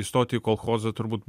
įstot į kolchozą turbūt